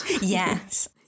Yes